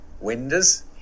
windows